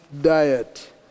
diet